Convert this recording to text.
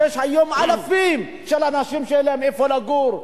ויש היום אלפי אנשים שאין להם איפה לגור,